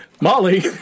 Molly